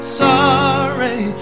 sorry